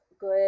good